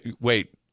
wait